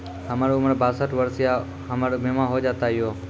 हमर उम्र बासठ वर्ष या हमर बीमा हो जाता यो?